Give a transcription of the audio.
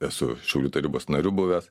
esu šiaulių tarybos nariu buvęs